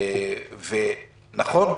נכון,